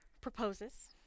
proposes